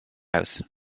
house